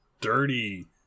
dirty